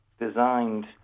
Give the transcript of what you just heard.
designed